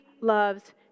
loves